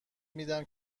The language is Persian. میدم